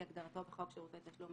כהגדרתו בחוק שירותי תשלום,